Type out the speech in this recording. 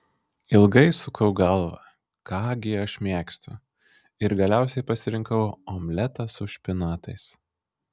ilgai sukau galvą ką gi aš mėgstu ir galiausiai pasirinkau omletą su špinatais